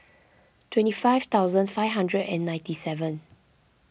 twenty five thousand five hundred and ninety seven